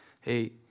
Hey